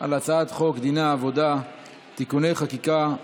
על הצעת חוק דיני העבודה (תיקוני חקיקה),